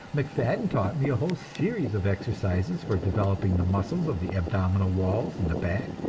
macfadden taught me a whole series of exercises for developing the muscles of the abdominal walls and the back,